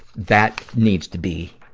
that needs to be,